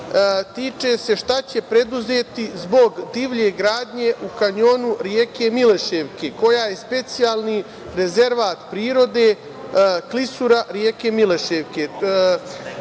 tiče se šta će preduzeti zbog divlje gradnje u kanjonu reke Mileševke, koja je specijalni rezervat prirode, klisura reke Mileševke?